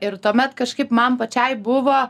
ir tuomet kažkaip man pačiai buvo